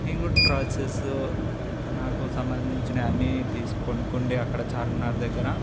నేను కూడా డ్రెస్సెస్ నాకు సంబంధించిన అన్ని తీసి కొనుక్కుండే అక్కడ చార్మినార్ దగ్గర